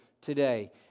today